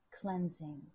Cleansing